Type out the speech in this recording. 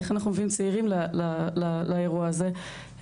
איך אנחנו מביאים צעירים לאירוע הזה?